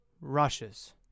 rushes